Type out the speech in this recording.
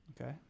Okay